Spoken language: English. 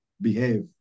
behave